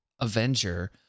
Avenger